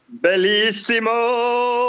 Bellissimo